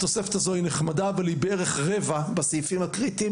התוספת הזו היא נחמדה אבל היא בערך רבע בסעיפים הקריטיים